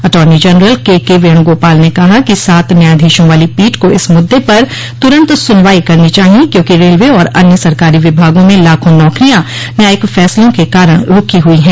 अर्टोनी general K K Venugopal ने कहा कि सात न्यायाधीशों वाली पीठ को इस मुद्दे पर तुरंत सुनवाई करनी चाहिए क्योंकि रेलवे और अन्य सरकारी विभागों में लाखों नौकरियां न्यायिक फैसलों के कारण रूकी हुई है